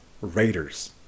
Raiders